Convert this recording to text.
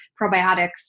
probiotics